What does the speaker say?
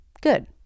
Good